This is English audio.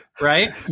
Right